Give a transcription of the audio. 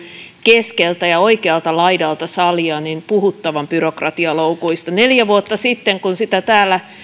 keskeltä ja oikealta laidalta salia puhuttavan byrokratialoukuista neljä vuotta sitten kun sitä täällä